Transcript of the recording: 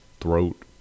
throat